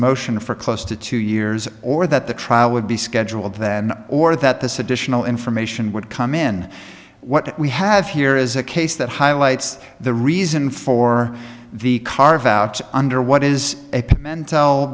motion for close to two years or that the trial would be scheduled then or that this additional information would come in what we have here is a case that highlights the reason for the carve out under what is a pen tell